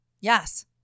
Yes